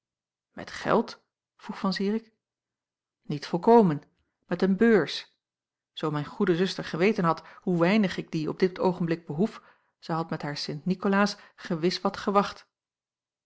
met geld vroeg van zirik niet volkomen met een beurs zoo mijn goede zuster geweten had hoe weinig ik die op dit oogenblik behoef zij had met haar sint nikolaas gewis wat gewacht